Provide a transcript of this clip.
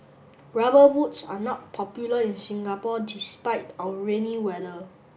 rubber boots are not popular in Singapore despite our rainy weather